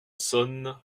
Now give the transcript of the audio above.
sonne